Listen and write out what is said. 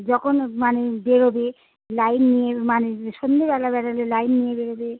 যখন মানে বেরোবে লাইট নিয়ে মানে সন্ধেবেলা বেরোলে লাইট নিয়ে বেরোবে